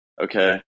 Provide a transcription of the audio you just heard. okay